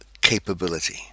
capability